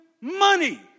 money